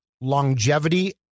longevity